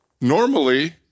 normally